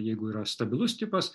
jeigu yra stabilus tipas